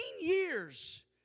years